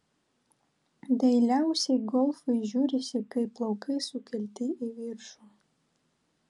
dailiausiai golfai žiūrisi kai plaukai sukelti į viršų